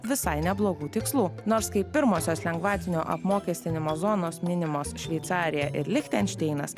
visai neblogų tikslų nors kaip pirmosios lengvatinio apmokestinimo zonos minimos šveicarija ir lichtenšteinas